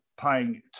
paying